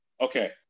Okay